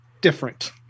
different